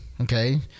okay